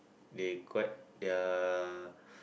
they quite they're